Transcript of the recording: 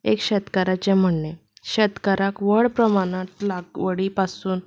अशें एक शेतकाराचें म्हणणें शेतकाराक व्हड प्रमाणांत लागवडी पासून